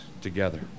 together